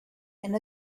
and